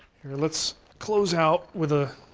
here let's close out with a